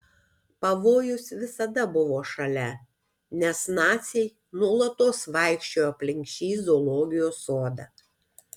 pavojus visada buvo šalia nes naciai nuolatos vaikščiojo aplink šį zoologijos sodą